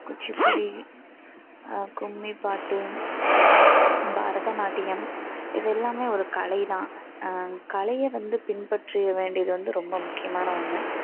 குச்சிப்பிடி கும்மிப்பாட்டு பரதநாட்டியம் இது எல்லாமே ஒரு கலை தான் கலையை வந்து பின்பற்ற வேண்டியது வந்து ரொம்ப முக்கியமான ஒன்று